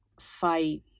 fight